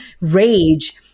rage